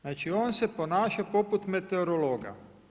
Znači on se ponašao poput meteorologa.